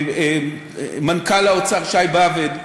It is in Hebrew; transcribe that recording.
מנכ"ל האוצר שי באב"ד,